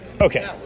Okay